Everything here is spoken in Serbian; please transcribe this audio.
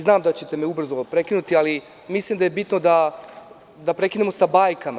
Znam da ćete me ubrzo prekinuti, ali mislim da je bitno da prekinemo sa bajkama.